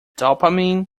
dopamine